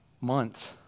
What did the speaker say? months